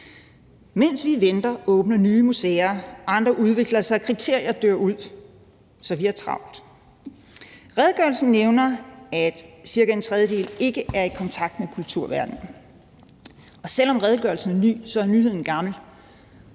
Mens vi venter, åbner nye museer, andre udvikler sig, kriterier dør ud, så vi har travlt. Redegørelsen nævner, at cirka en tredjedel af danskerne ikke er i kontakt med kulturverdenen, og selv om redegørelsen er ny, er nyheden gammel.